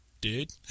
dude